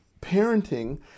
parenting